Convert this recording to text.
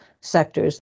sectors